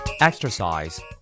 Exercise